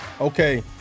okay